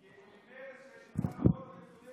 אני חייבת לומר שזה רגע חשוב בתולדות הכנסת,